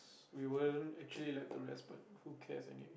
we wouldn't actually let the rest but who cares I mean